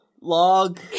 log